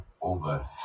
over